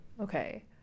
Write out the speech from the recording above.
Okay